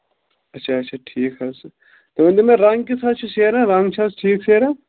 اچھا اچھا ٹھیٖک حظ تُہۍ ؤنۍ تَو مےٚ رنٛگ کِیُتھ حظ چھُ سیرٮ۪ن رنٛگ چھا حظ ٹھیٖک سیرٮ۪ن